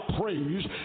praise